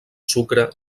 sucre